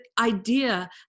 idea